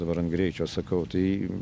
dabar ant greičio sakau tai